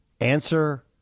answer